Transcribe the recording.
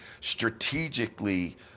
strategically